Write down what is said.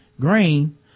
green